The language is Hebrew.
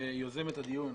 יוזמת הדיון,